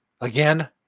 Again